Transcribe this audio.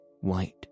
white